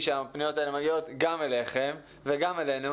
שהפניות האלה מגיעות גם אליכם וגם אלינו,